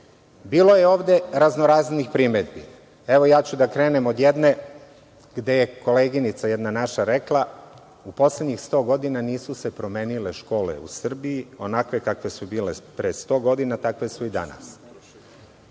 Bilo je ovde razno-raznih primedbi. Evo, ja ću da krenem od jedne, gde je jedna naša koleginica rekla – u poslednjih 100 godina nisu se promenile škole u Srbiji, onakve kakve su bile pre 100 godina, takve su i danas.